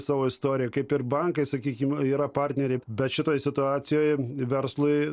savo istoriją kaip ir bankai sakykim yra partneriai bet šitoj situacijoj verslui